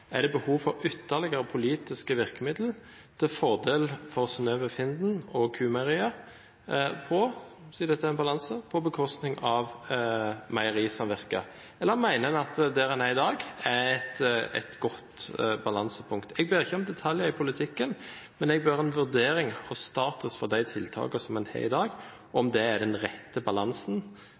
det er behov for ytterligere politiske virkemidler til fordel for Synnøve Finden og Q-Meieriene, på bekostning – siden dette er en balanse – av meierisamvirket, eller mener en at der en er i dag, er et godt balansepunkt? Jeg ber ikke om detaljer i politikken, men jeg ber om en vurdering av status for de tiltakene som en har i dag – om det er den rette balansen